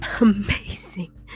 amazing